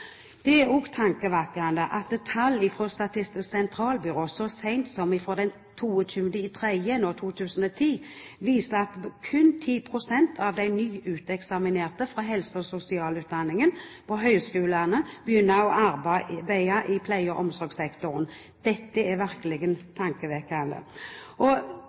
Det er også tankevekkende at tall fra Statistisk sentralbyrå så sent som den 22. mars 2010 viser at kun 10 pst. av de nyuteksaminerte fra helse- og sosialutdanningen på høyskolene begynner å arbeide i pleie- og omsorgssektoren. Dette er virkelig tankevekkende og